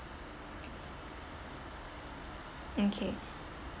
okay